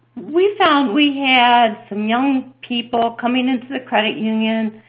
we found we had some young people coming into the credit union.